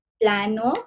plano